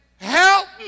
help